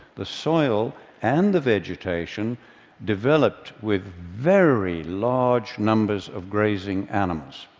the soil and the vegetation developed with very large numbers of grazing animals,